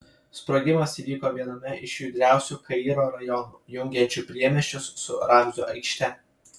sprogimas įvyko viename iš judriausių kairo rajonų jungiančių priemiesčius su ramzio aikšte